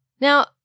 Now